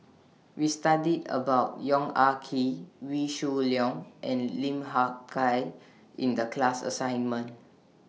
We studied about Yong Ah Kee Wee Shoo Leong and Lim Hak Tai in The class assignment